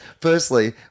Firstly